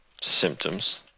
Symptoms